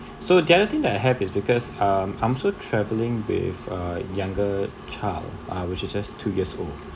so the other thing that I have is because um I'm also travelling with a younger child uh which is just two years old